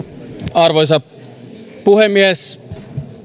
arvoisa puhemies